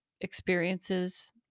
experiences